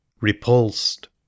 repulsed